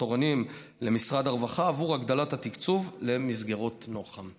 התורניים למשרד הרווחה עבור הגדלת התקצוב למסגרות נוח"ם.